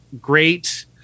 great